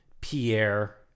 Pierre